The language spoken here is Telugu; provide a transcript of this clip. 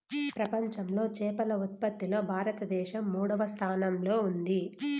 ప్రపంచంలో చేపల ఉత్పత్తిలో భారతదేశం మూడవ స్థానంలో ఉంది